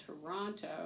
Toronto